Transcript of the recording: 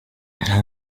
nta